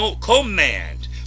command